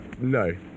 No